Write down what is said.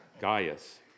Gaius